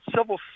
civil